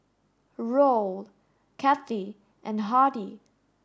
Roll Cathie and Hardy